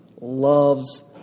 loves